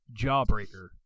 Jawbreaker